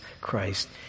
Christ